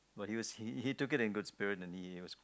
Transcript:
but he was he he took it in good spirit and he was